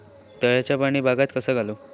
तळ्याचा पाणी बागाक कसा घालू?